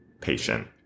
patient